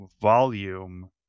volume